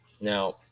Now